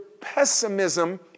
pessimism